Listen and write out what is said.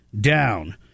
down